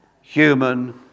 human